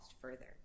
further